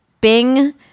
Bing